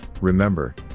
remember